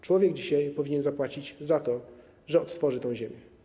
Człowiek dzisiaj powinien zapłacić za to, że odtworzy tę ziemię.